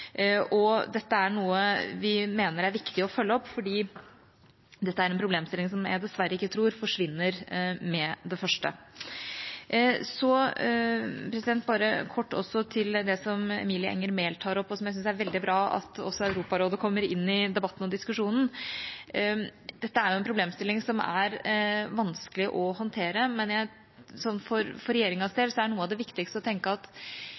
Dette er noe vi mener er viktig å følge opp, fordi det er en problemstilling som jeg dessverre ikke tror forsvinner med det første. Så kort til det som representanten Emilie Enger Mehl tar opp – jeg syns det er veldig bra at også Europarådet kommer inn i debatten og diskusjonen. Dette er en problemstilling som er vanskelig å håndtere, men for regjeringas del er noe av det viktigste å tenke at